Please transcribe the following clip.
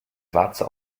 warze